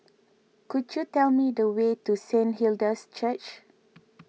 could you tell me the way to Saint Hilda's Church